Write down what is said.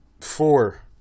Four